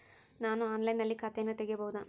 ನಾನು ಆನ್ಲೈನಿನಲ್ಲಿ ಖಾತೆಯನ್ನ ತೆಗೆಯಬಹುದಾ?